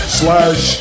slash